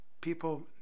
people